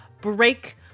break